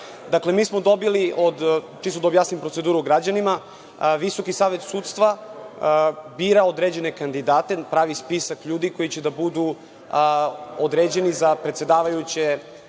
Dakle, mi smo dobili, čisto da objasnim proceduru građanima, VSS bira određene kandidate, napravi spisak ljudi koji će da budu određeni za predsedavajuće